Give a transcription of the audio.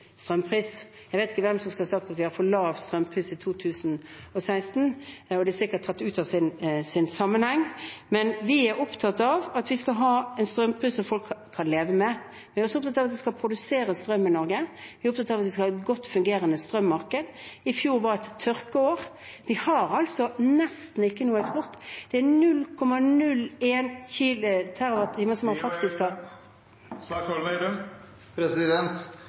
strømpris. Jeg vet ikke hvem som skal ha sagt at vi hadde for lav strømpris, i 2016. Det er sikkert tatt ut av sin sammenheng. Vi er opptatt av at vi skal ha en strømpris som folk kan leve med, vi er opptatt av at vi skal produsere strøm i Norge, og av at vi skal ha et godt fungerende strømmarked. I fjor var det tørkeår. Vi har nesten ikke noe, det er 0,01 TWh … Tida er ute. Regjeringen har konsekvent vært ganske smålig overfor vanlige arbeidsfolk. For eksempel har de som